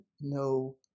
no